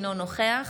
אינו נוכח